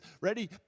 ready